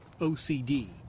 OCD